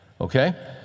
Okay